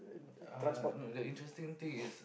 uh no the interesting thing is